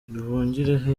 nduhungirehe